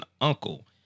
uncle